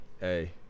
Hey